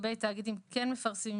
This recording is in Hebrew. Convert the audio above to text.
לגבי תאגידים, כן מפרסמים.